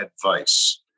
advice